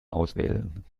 auswählen